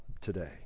today